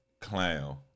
clown